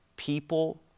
People